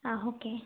ആ ഓക്കെ